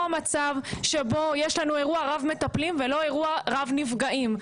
מצב שבו יש לנו אירוע רב מטפלים ולא אירוע רב נפגעים.